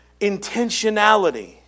intentionality